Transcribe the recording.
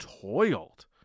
toiled